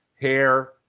hair –